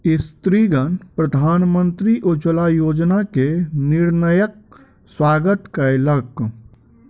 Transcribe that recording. स्त्रीगण प्रधानमंत्री उज्ज्वला योजना के निर्णयक स्वागत कयलक